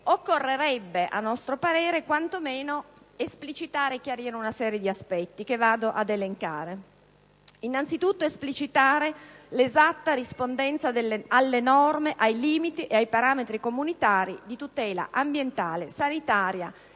occorrerebbe - a nostro parere - quanto meno esplicitare e chiarire una serie di aspetti che vado ad elencare. Innanzitutto, occorrerebbe esplicitare l'esatta rispondenza alle norme, ai limiti e ai parametri comunitari di tutela ambientale, sanitaria e di